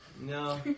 No